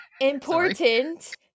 important